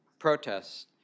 Protests